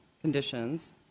conditions